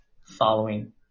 following